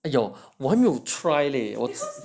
!aiyo! 我还没有 try leh